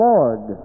Lord